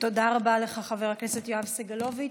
תודה רבה לך, חבר הכנסת יואב סגלוביץ'.